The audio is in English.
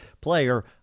player